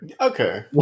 okay